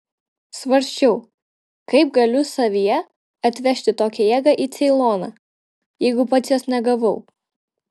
svarsčiau kaip galiu savyje atvežti tokią jėgą į ceiloną jeigu pats jos negavau